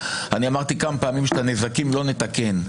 אני אמרתי כמה פעמים שאת הנזקים לא נתקן.